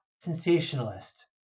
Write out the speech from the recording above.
sensationalist